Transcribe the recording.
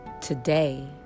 Today